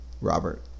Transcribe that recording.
Robert